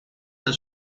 del